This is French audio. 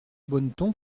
bonneton